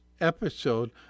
episode